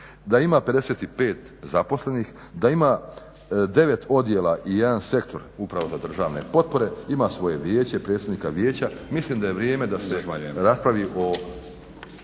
da ima 55 zaposlenih, da ima 9 odjela i 1 sektor upravno državne potpore, ima svoje vijeće, predsjednika vijeća, mislim da je vrijeme da se raspravi o